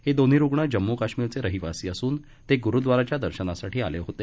हे दोन्ही रूग्ण जम्मू काश्मीरचे रहिवासी असून ते गुरूद्वाराच्या दर्शनासाठी आले होते